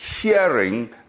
hearing